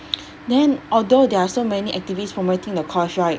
then although there are so many activists promoting the cause right